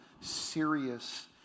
serious